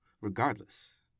Regardless